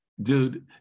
Dude